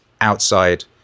outside